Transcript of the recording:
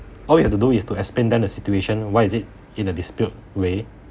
all you have to do is to explain them the situation why is it in a dispute way